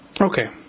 Okay